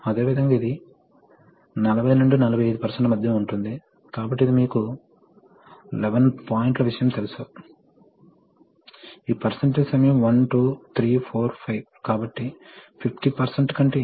కాబట్టి ఆపై సిలిండర్ లోపల ప్రెషర్ పెరుగుతుంది మరియు సిలిండర్ కదులుతుంది కాబట్టి ఏమి జరుగుతుందంటే మీరు సిలిండర్ను త్వరగా తరలించాలనుకుంటే మీకు ఓపెనింగ్ డైరెక్షన్ కంట్రోల్ వాల్వ్ ను తెరిచే విషయంలో కంట్రోల్ సిగ్నల్ ఇవ్వమని చెప్పండి